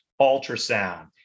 ultrasound